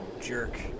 jerk